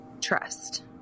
Trust